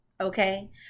Okay